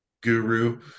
guru –